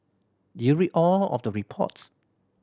did you read all of the reports